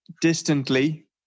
distantly